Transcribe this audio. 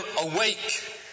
awake